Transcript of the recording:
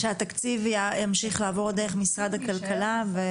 שהתקציב ימשיך לעבור דרך משרד הכלכלה.